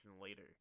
later